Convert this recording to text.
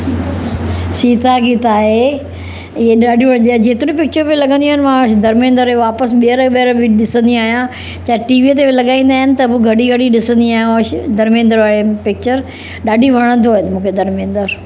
सीता गीता आहे हीअ ॾाढियूं वणंदियूं आहिनि जेतिरो पिकिचरूं बि लॻंदी आहे मां धर्मेंद्र जे करे वापसि ॿियरि ॿियरि बि ॾिसंदी आहियां चाहे टीवीअ ते बि लॻाईंदा आहिनि त पोइ घड़ी घड़ी ॾिसंदी आहियां धर्मेंद्र वारी पिकिचर ॾाढी वणंदो आहे मूंखे धर्मेंद्र